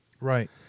Right